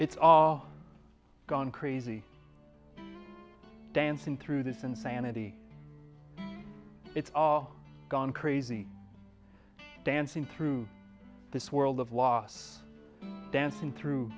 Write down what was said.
it's all gone crazy dancing through this insanity it's all gone crazy dancing through this world of los dancing through